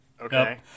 okay